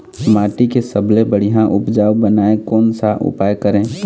माटी के सबसे बढ़िया उपजाऊ बनाए कोन सा उपाय करें?